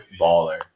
baller